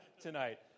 tonight